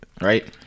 Right